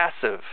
passive